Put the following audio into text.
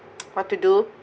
what to do